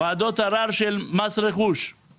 ועדות ערר של מס רכוש,